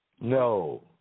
No